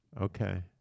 Okay